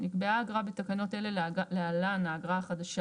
נקבעה אגרה בתקנות אלה (להלן - האגרה החדשה),